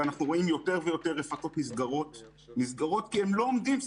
אנחנו רואים יותר ויותר רפתות נסגרות כי הן לא עומדות בזה,